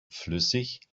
flüssig